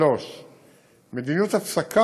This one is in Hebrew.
3. מדיניות הפסקת